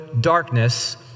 darkness